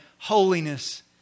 holiness